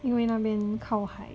因为那边靠海